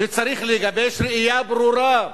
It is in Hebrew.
וצריך לגבש ראייה ברורה: